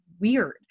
weird